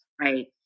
Right